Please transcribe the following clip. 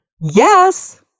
Yes